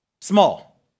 small